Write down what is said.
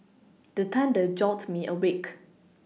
the thunder jolt me awake